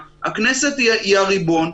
אתה לא יכול לעשות כל הזמן בסמיטריילר.